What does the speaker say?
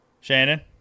Shannon